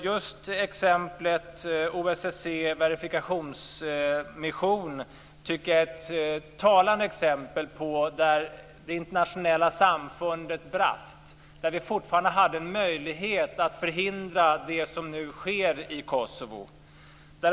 Just exemplet OSSE:s verifikationsmission tycker jag är ett talande exempel på en situation där det internationella samfundet brast. Vi hade fortfarande möjlighet att förhindra det som nu sker i Kosovo.